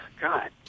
God